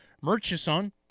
Murchison